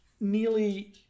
nearly